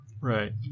Right